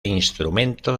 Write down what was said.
instrumento